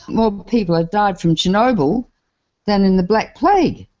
more people have died from chernobyl than in the black plague.